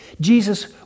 Jesus